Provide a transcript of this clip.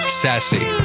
sassy